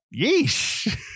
Yeesh